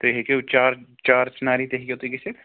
تُہۍ ہیٚکِو چار چار چِناری تہِ ہیٚکِو تُہۍ گٔژھِتھ